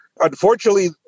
Unfortunately